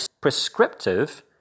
prescriptive